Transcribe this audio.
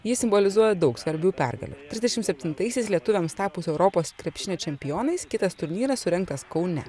ji simbolizuoja daug svarbių pergalių trisdešim septintaisiais lietuviams tapus europos krepšinio čempionais kitas turnyras surengtas kaune